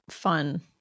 fun